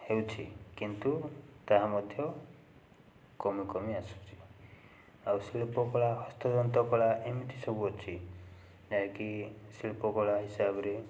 ହେଉଛି କିନ୍ତୁ ତାହା ମଧ୍ୟ କମି କମି ଆସୁଛି ଆଉ ଶିଳ୍ପକଳା ହସ୍ତତନ୍ତ କଳା ଏମିତି ସବୁ ଅଛି ଯାହାକି ଶିଳ୍ପକଳା ହିସାବରେ